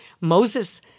Moses